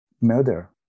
murder